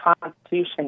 Constitution